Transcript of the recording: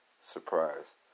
surprise